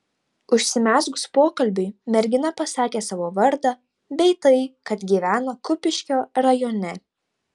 užsimezgus pokalbiui mergina pasakė savo vardą bei tai kad gyvena kupiškio rajone